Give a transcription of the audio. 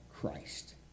Christ